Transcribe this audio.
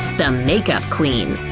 the makeup queen